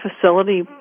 facility